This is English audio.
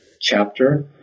chapter